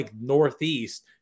Northeast